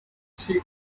she